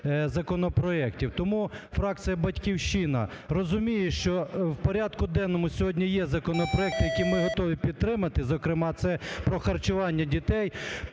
законопроектів. Тому фракція "Батьківщина" розуміє, що в порядку денному сьогодні є законопроект, який ми готові підтримати, зокрема, це про харчування дітей,